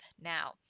now